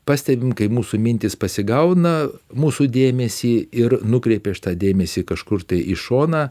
pastebim kai mūsų mintys pasigauna mūsų dėmesį ir nukreipia šitą dėmesį kažkur tai į šoną